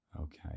Okay